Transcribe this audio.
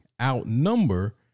outnumber